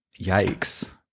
Yikes